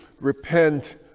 Repent